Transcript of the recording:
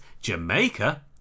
Jamaica